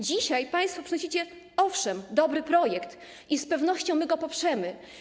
Dzisiaj państwo przynosicie, owszem, dobry projekt i z pewnością go poprzemy.